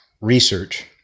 research